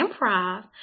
improv